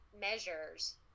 measures